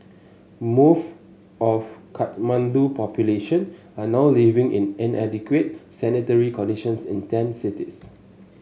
most of Kathmandu's population are now living in inadequate sanitary conditions in tent cities